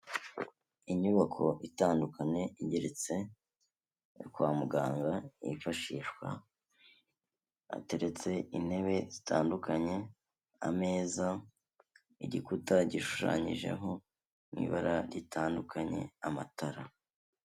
Inyubako itandukanye igereritse kwa muganga